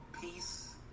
Peace